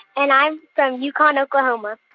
and i'm from yukon, okla. um ah